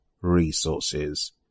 resources